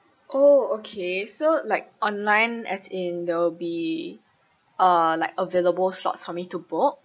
oh okay so like online as in there will be uh like available slots for me to book